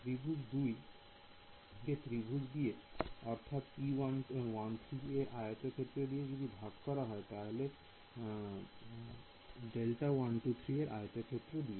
ত্রিভুজ 2 কে ত্রিভুজ দিয়ে অর্থাৎ P13 এর আয়তক্ষেত্র কে ভাগ করা হচ্ছে Δ123 এর আয়তক্ষেত্র দিয়ে